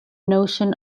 notion